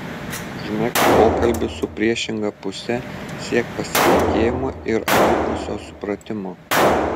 užmegzk pokalbį su priešinga puse siek pasitikėjimo ir abipusio supratimo